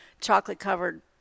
chocolate-covered